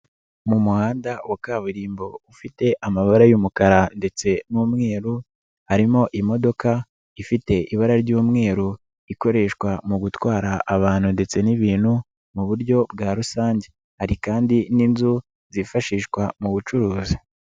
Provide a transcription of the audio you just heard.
Mu muhanda wa kaburimbo ufite amabara y'umukara ndetse n'umweru, harimo imodoka ifite ibara ry'umweru, ikoreshwa mu gutwara abantu ndetse n'ibintu mu buryo bwa rusange. Hari kandi n'inzu, zifashishwa mu bucuruzi.